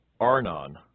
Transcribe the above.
Arnon